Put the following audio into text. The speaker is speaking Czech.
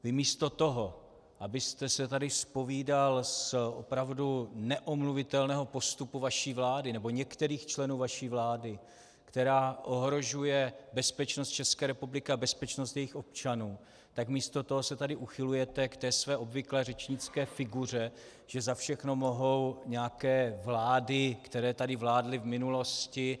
Vy místo toho, abyste se tady zpovídal z opravdu neomluvitelného postupu vaší vlády, některých členů vaší vlády, který ohrožuje bezpečnost České republiky a bezpečnost jejích občanů, se tady uchylujete ke své obvyklé řečnické figuře, že za všechno mohou nějaké vlády, které tady vládly v minulosti.